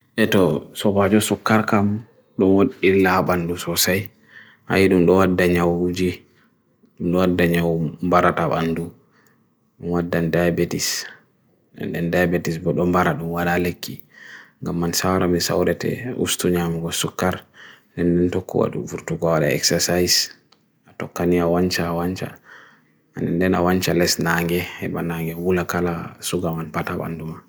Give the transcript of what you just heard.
Eto, so bhaju sukkar kam, dumod illa habandu sosai, hai dumdohad danyahu uji, dumdohad danyahu mbarata bandu, umad dand diabetes. And then diabetes, but umbaradum wara leki. Gamansawra misaurete ustu nyam u sukkar, dindun tokwad u furtukawara exercise, atokanya wancha, wancha. And then a wancha less nange, eban nange, wulakala suga wan pata banduma.